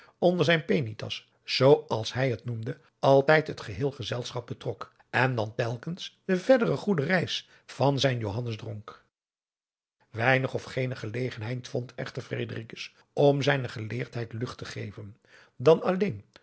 onder zijn penitas zoo als hij het noemde altijd het geheel gezelschap betrok en dan telkens de verdere goede reis van zijn johannes dronk weinig of geene gelegenheid vond echter fredericus om zijne geleerdheid lucht te geven dan alleen